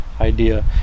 Idea